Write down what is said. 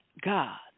God